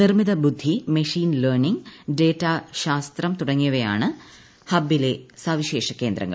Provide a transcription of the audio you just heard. നിർമിതബുദ്ധി machine learning data ശാസ്ത്രം തുടങ്ങിയവയാണ് ഹബ്ബിലെ സവിശേഷ കേന്ദ്രങ്ങൾ